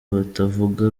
batavuga